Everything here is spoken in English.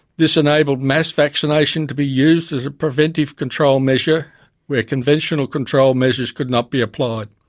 this enabled mass vaccination to be used as a preventive control measure where conventional control measures could not be applied.